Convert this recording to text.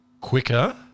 quicker